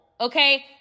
Okay